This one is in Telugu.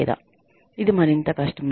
లేదా ఇది మరింత కష్టమా